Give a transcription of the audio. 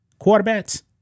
quarterbacks